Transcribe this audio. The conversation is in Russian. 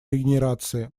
регенерации